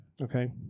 Okay